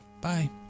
Bye